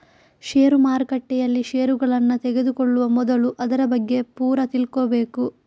ಷೇರು ಮಾರುಕಟ್ಟೆಯಲ್ಲಿ ಷೇರುಗಳನ್ನ ತೆಗೆದುಕೊಳ್ಳುವ ಮೊದಲು ಅದರ ಬಗ್ಗೆ ಪೂರ ತಿಳ್ಕೊಬೇಕು